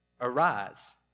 arise